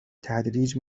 تدریج